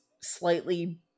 slightly